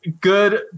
good